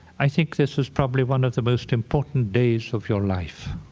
i think this is probably one of the most important days of your life.